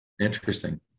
Interesting